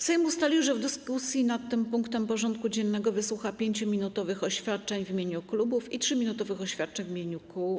Sejm ustalił, że w dyskusji nad tym punktem porządku dziennego wysłucha 5-minutowych oświadczeń w imieniu klubów i 3-minutowych oświadczeń w imieniu kół.